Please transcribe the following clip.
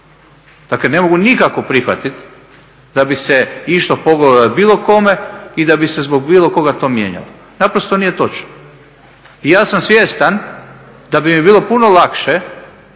Dakle ne mogu nikako prihvatit da bi se išlo pogodovat bilo kome i da bi se zbog bilo koga to mijenjalo. Naprosto nije točno. I ja sam svjestan da bi mi bilo puno lakše